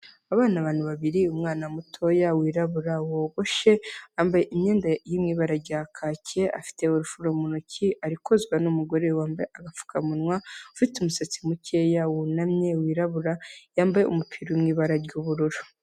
Aba ni abantu babiri, umwana mutoya wirabura wogoshe, yambaye imyenda iri mu barai rya kaki afite urufuro mu ntoki, arikozwa n'umugore wambaye agapfukamunwa ufite umusatsi mukeya, wunamye, wirabura, yambaye umupira uri mu ibara ry'ubururu.